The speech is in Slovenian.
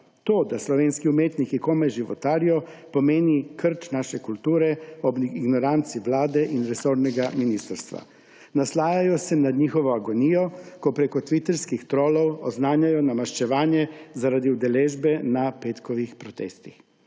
To, da slovenski umetniki komaj životarijo, pomeni krč naše kulture ob ignoranci Vlade in resornega ministrstva. Naslajajo se nad njihovo agonijo, ko preko tviterskih trolov oznanjajo na maščevanje zaradi udeležbe na petkovih protestih.